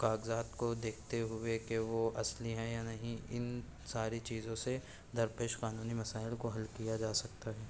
کاغذات کو دیکھتے ہوئے کہ وہ اصلی ہیں یا نہیں ان ساری چیزوں سے درپیش قانونی مسائل کو حل کیا جا سکتا ہے